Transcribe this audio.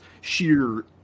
sheer